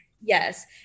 Yes